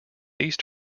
these